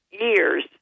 years